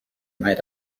might